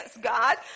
God